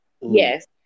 Yes